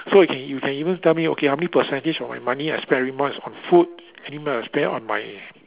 so it can you can even tell me okay how many percentage of my money I spend every month is on food every month I spend on my